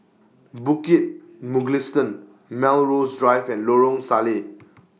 Bukit Mugliston Melrose Drive and Lorong Salleh